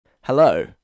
Hello